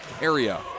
area